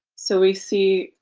so we see